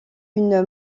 une